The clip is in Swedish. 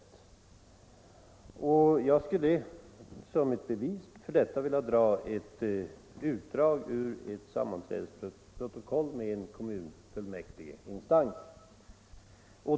Som ett bevis för mitt påstående vill jag anföra ett utdrag ur ett sammanträdesprotokoll från en kommunfullmäktiginstans.